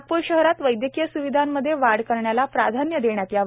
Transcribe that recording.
नागपूर शहरात वैदयकीय स्विधांमध्ये वाढ करण्याला प्राधान्य देण्यात यावे